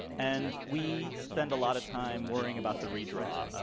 and we spend a lot of time worrying about the redraw.